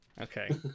Okay